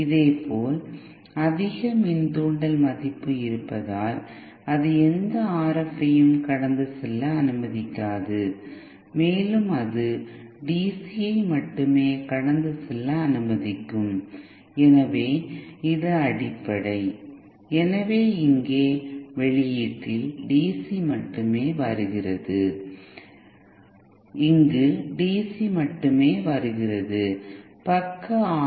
இதேபோல் அதிக மின்தூண்டல் மதிப்பு இருப்பதால் அது எந்த RF ஐயும் கடந்து செல்ல அனுமதிக்காது மேலும் அது DC ஐ மட்டுமே கடந்து செல்ல அனுமதிக்கும் எனவே இது அடிப்படை எனவே இங்கே வெளியீட்டில் DC மட்டுமே வருகிறது இங்கு DC மட்டுமே வருகிறது பக்க ஆர்